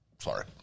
Sorry